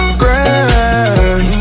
grand